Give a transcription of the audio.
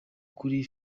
kuri